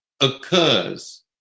occurs